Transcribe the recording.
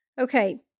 Okay